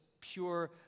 pure